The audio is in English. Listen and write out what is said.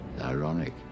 Ironic